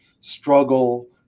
struggle